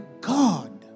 God